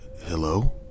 Hello